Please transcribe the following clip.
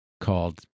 called